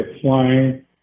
flying